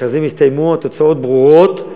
המכרזים הסתיימו, התוצאות ברורות.